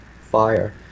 fire